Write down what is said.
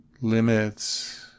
limits